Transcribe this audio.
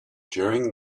during